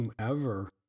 whomever